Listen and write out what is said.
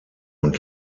und